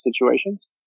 situations